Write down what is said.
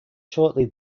shortly